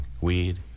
weed